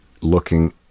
looking